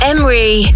Emery